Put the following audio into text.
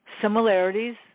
similarities